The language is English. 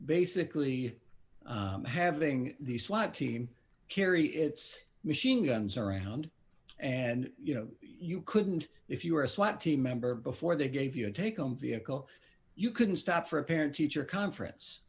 basically having the swat team carry its machine guns around and you know you couldn't if you were a swat team member before they gave you a take on vehicle you couldn't stop for a parent teacher conference